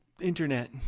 internet